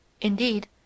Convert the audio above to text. Indeed